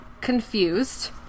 confused